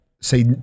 say